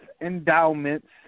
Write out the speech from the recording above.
endowments